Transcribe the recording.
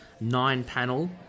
nine-panel